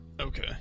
Okay